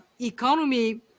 economy